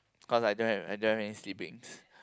cause I don't have I don't have any siblings